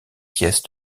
pièce